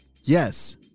Yes